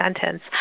sentence